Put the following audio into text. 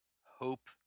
hope